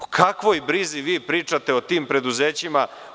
O kakvoj brizi vi pričate o tim preduzećima?